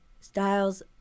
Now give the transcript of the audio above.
styles